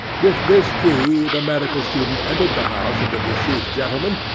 with this key the medical student entered the house of the deceased gentleman,